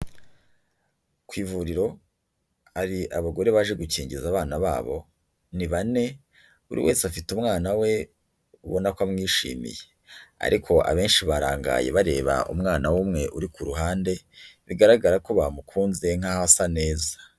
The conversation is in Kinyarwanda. Ku ivuriro hari abagore baje gukingiza abana babo, ni bane, buri wese afite umwana we ubona ko amwishimiye. Ariko abenshi barangaye bareba umwana w'umwe uri ku ruhande, bigaragara ko bamukunze nkaho asa neza.